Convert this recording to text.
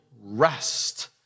rest